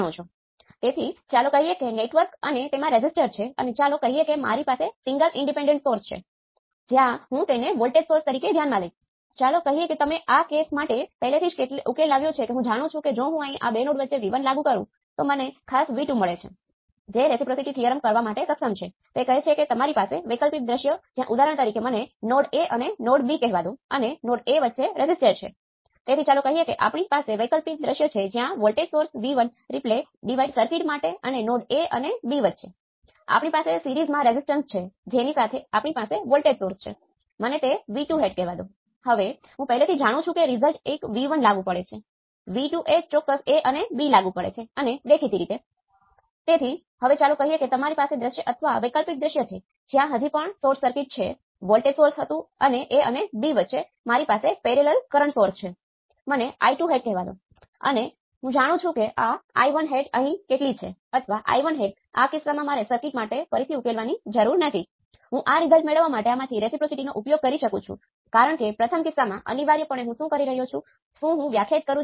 આ તેને સમાન છે કે જ્યારે આપણી પાસે વોલ્ટેજ સ્ત્રોતો કાં તો સ્વતંત્ર અથવા નિયંત્રિત હતા ત્યારે આપણે વોલ્ટેજ સ્રોતના ગુણધર્મોમાંથી વોલ્ટેજ સ્રોત દ્વારા વિદ્યુત પ્રવાહ માટેનું સમીકરણ લખી શકતા ન હતા